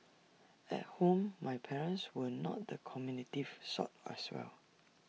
at home my parents were not the communicative sort as well